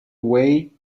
way